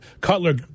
Cutler